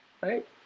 right